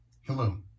Hello